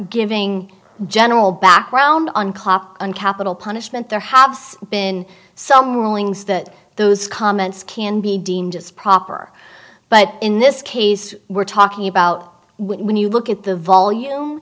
giving general background on capital punishment there have been some rulings that those comments can be deemed as proper but in this case we're talking about when you look at the volume